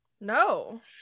No